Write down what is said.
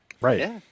Right